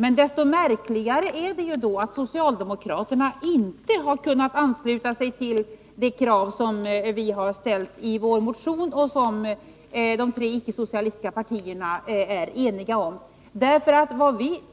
Men desto märkligare är det då att socialdemokraterna inte har kunnat ansluta sig till de krav som vi ställt i vår motion och som de tre icke-socialistiska partierna är eniga om.